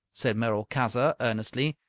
said merolchazzar, earnestly,